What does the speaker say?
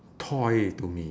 toy to me